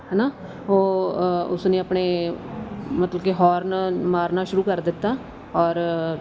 ਹੈ ਨਾ ਉਹ ਉਸਨੇ ਆਪਣੇ ਮਤਲਬ ਕਿ ਹੋਰਨ ਮਾਰਨਾ ਸ਼ੁਰੂ ਕਰ ਦਿੱਤਾ ਔਰ